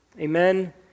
Amen